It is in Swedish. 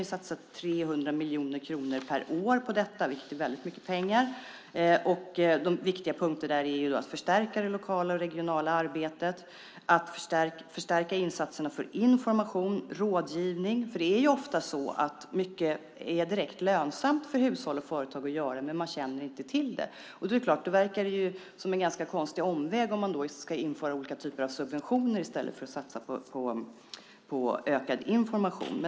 Vi satsar 300 miljoner kronor per år på detta, vilket är mycket pengar. De viktiga punkterna är att förstärka det lokala och regionala arbetet, att förstärka insatserna för information och rådgivning. Det är ofta så att mycket är direkt lönsamt för hushåll och företag att göra men man känner inte till det. Det verkar som en konstig omväg om man ska införa olika typer av subventioner i stället för att satsa på ökad information.